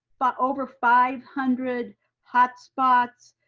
but over five hundred hotspots.